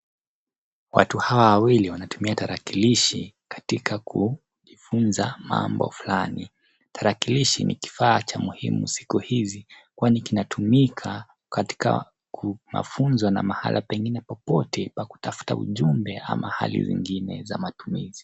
Watu hawa wawili wanatumia tarakilishi katika kujifunza mambo fulani. Tarakilishi ni kifaa cha muhimu siku hizi kwani kinatumika katika mafunzo na mahala pengine popote pa kutafuta ujumbe au hali nyingine ya matumizi.